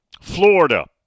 Florida